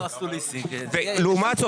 לעומת זאת,